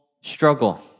struggle